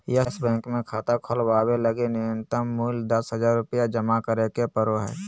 yes Bank मे खाता खोलवावे लगी नुय्तम मूल्य दस हज़ार रुपया जमा करे के जरूरत पड़ो हय